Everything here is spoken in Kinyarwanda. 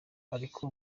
ariko